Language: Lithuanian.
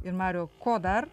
ir mariau ko dar